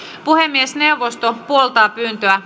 puhemiesneuvosto puoltaa pyyntöä